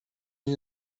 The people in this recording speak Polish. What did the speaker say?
nie